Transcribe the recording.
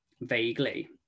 vaguely